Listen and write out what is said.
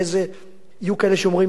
יהיו כאלה שיאמרו, בצורה אובססיבית,